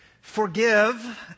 forgive